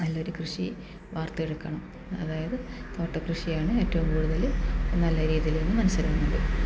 നല്ലൊരു കൃഷി വാർത്തെടുക്കണം അതായത് തോട്ടക്കൃഷിയാണ് ഏറ്റവും കൂടുതല് നല്ല രീതിയില് എന്ന് മനസ്സിലാകുന്നുണ്ട്